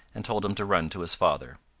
and told him to run to his father.